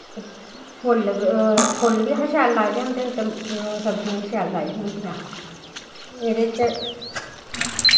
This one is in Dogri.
फुल्ल फुल्ल बी असें शैल लाए दे होंदे ते सब्जियां बी शैल लाई दियां होंदियां एह्दे च